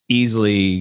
easily